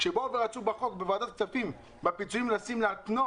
כשרצו בוועדת הכספים להתנות